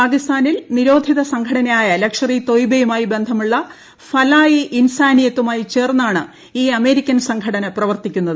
പാകിസ്ഥാനിൽ ദ് ത്തിരോധിത സംഘടനയായ ലഷ്ഖർ ഇ തൊയ്ബ യുമാറ്റി ബന്ധമുള്ള ഫലാ ഇ ഇൻസാനിയത്തുമയി ചേർന്നിുണ്ട് ഈ അമേരിക്കൻ സംഘടന പ്രവർത്തിക്കുന്നത്